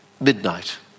midnight